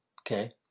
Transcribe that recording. Okay